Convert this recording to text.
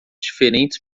diferentes